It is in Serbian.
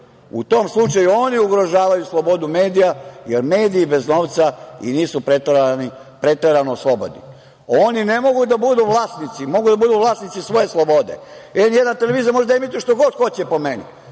u tom slučaju oni ugrožavaju slobodu medija, jer mediji bez novca i nisu preterano slobodni. Oni ne mogu da budu vlasnici, mogu da budu vlasnici svoje slobode. Televizija N1 može da emituje što kog hoće, po meni,